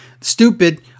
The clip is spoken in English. stupid